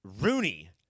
Rooney